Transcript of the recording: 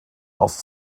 aus